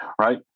right